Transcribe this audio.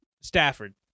Stafford